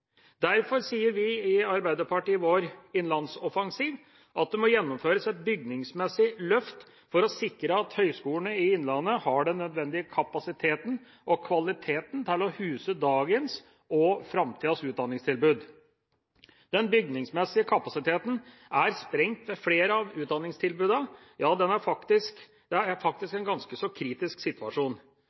Derfor sier vi i Arbeiderpartiet i vår innlandsoffensiv at det må gjennomføres et bygningsmessig løft for å sikre at høyskolene i innlandet har den nødvendige kapasiteten og kvaliteten til å huse dagens og framtidens utdanningstilbud. Den bygningsmessige kapasiteten er sprengt ved flere av utdanningstilbudene – ja, det er faktisk en ganske så kritisk situasjon.